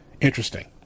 Interesting